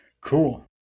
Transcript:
Cool